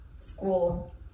school